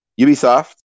Ubisoft